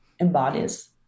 embodies